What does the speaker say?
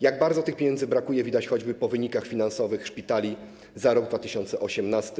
Jak bardzo tych pieniędzy brakuje, widać choćby po wynikach finansowych szpitali za rok 2018.